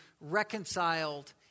reconciled